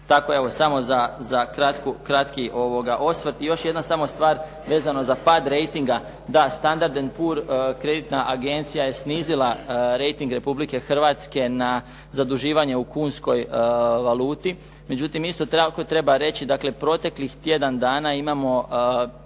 Tako evo samo za kratki osvrt. I još jedna samo stvar vezano za pad rejtinga. Da, “Standard&Pur“ kreditna agencija je snizila rejting Republike Hrvatske na zaduživanje u kunskoj valuti, međutim isto tako treba reći, dakle proteklih tjedan dana imamo,